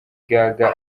gaga